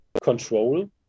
control